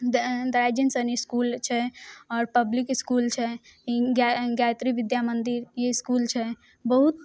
दऽ Rising Sun school छै आओर पब्लिक इसकूल छै ई गाय गायत्री विद्या मन्दिर ई इसकूल छै बहुत